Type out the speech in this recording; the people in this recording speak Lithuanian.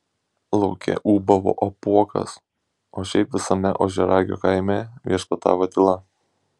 lauke ūbavo apuokas o šiaip visame ožiaragio kaime viešpatavo tyla